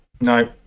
No